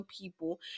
people